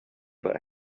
but